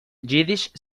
yiddish